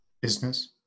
Business